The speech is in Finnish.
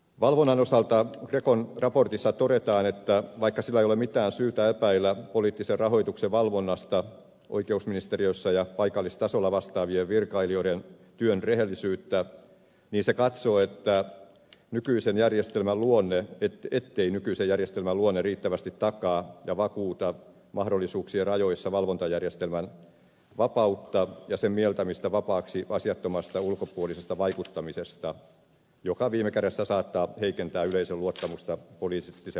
valvonnan osalta grecon raportissa todetaan että vaikka sillä ei ole mitään syytä epäillä poliittisen rahoituksen valvonnasta oikeusministeriössä ja paikallistasolla vastaavien virkailijoiden työn rehellisyyttä se katsoo että nykyisen järjestelmän luonne piti ettei nykyisen järjestelmän luonne riittävästi takaa ja vakuuta mahdollisuuksien rajoissa valvontajärjestelmän vapautta ja sen mieltämistä vapaaksi asiattomasta ulkopuolisesta vaikuttamisesta joka viime kädessä saattaa heikentää yleisön luottamusta poliittiseen rahoitusjärjestelmään